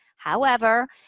however,